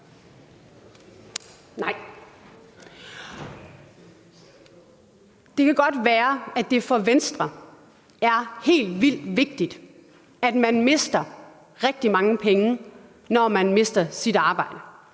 Nej. Det kan godt være, at det for Venstre er helt vildt vigtigt, at man mister rigtig mange penge, når man mister sit arbejde.